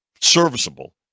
serviceable